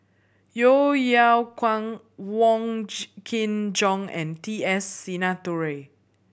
Yeo Yeow Kwang Wong Kin Jong and T S Sinnathuray